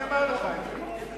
מי אמר לך את זה?